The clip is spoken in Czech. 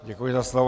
Děkuji za slovo.